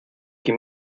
que